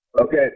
Okay